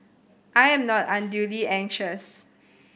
I am not unduly anxious